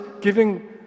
giving